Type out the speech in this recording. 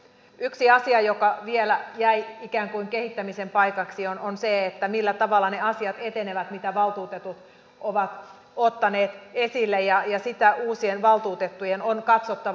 yksi asia joka vielä jäi ikään kuin kehittämisen paikaksi on se millä tavalla ne asiat etenevät mitä valtuutetut ovat ottaneet esille ja sitä uusien valtuutettujen on katsottava